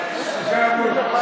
עכשיו,